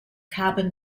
carbon